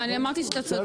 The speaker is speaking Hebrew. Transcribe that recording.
אמרתי שאתה צודק.